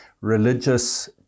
religious